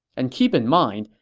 and keep in mind,